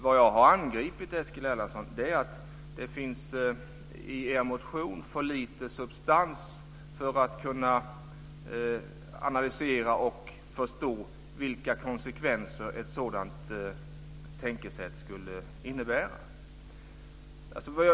Vad jag har angripit, Eskil Erlandsson, är att det i er motion finns för lite substans för att man ska kunna analysera och förstå vilka konsekvenser ett sådant tänkesätt skulle innebära.